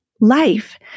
life